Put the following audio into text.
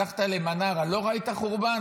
הלכת למשגב עם, לא ראית חורבן?